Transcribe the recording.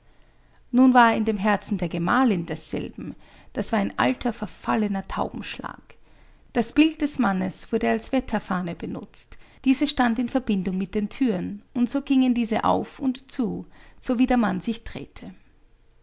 nun war er in dem herzen der gemahlin desselben das war ein alter verfallener taubenschlag das bild des mannes wurde als wetterfahne benutzt diese stand in verbindung mit den thüren und so gingen diese auf und zu so wie der mann sich drehte